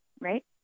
right